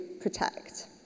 protect